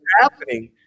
happening